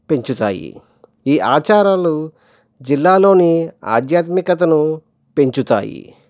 పెంచుతాయి ఈ ఆచారాలు జిల్లాలోని ఆధ్యాత్మికతను పెంచుతాయి